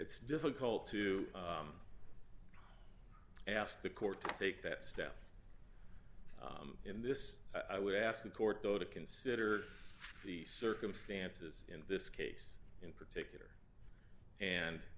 it's difficult to ask the court to take that step in this i would ask the court though to consider the circumstances in this case in particular and